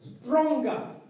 stronger